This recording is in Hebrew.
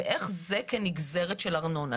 ואיך זה כנגזרת של ארנונה.